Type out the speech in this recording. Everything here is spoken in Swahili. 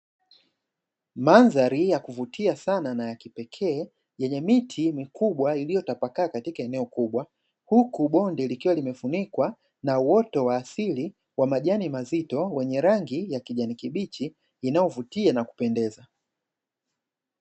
Mandhari ya kuvutia sana na ya kipekee yenye miti mikubwa iliyotapakaa katika eneo kubwa. Huku bonde likiwa limefunikwa na uoto wa asili wa majani mazito wenye rangi ya kijani kibichi inayovutia na kupendeza.